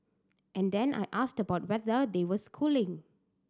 and then I asked about whether they were schooling